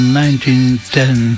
1910